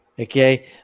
okay